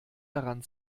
daran